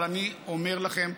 אבל אני אומר לכם,